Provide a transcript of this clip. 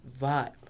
vibe